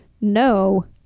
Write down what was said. no